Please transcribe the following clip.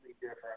different